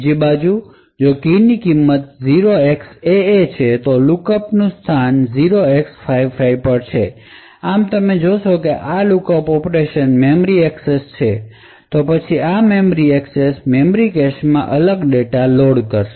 બીજી બાજુએ જો કીની કિંમત 0xAA છે તો પછી લુકઅપ સ્થાન 0x55 પર છે આમ તમે જોશો કે આ lookup lookup operation memory access છે તો પછી આ મેમરી એક્સેસ મેમરી કેશમાં અલગ ડેટા લોડ કરશે